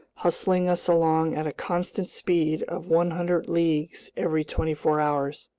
hustling us along at a constant speed of one hundred leagues every twenty-four hours.